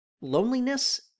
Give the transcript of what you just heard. loneliness